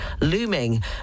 looming